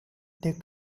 they